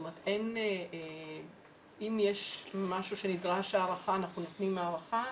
אם יש משהו שנדרשת לו הארכה אנחנו נותנים הארכה,